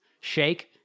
Shake